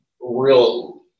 real